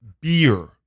Beer